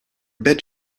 bed